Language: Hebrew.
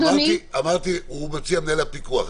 אדוני --- הוא מציע מנהל הפיקוח.